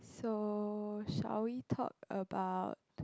so shall we talk about